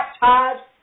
baptized